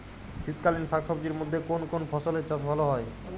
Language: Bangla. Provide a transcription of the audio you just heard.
শীতকালীন শাকসবজির মধ্যে কোন কোন ফসলের চাষ ভালো হয়?